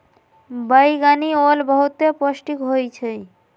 बइगनि ओल बहुते पौष्टिक होइ छइ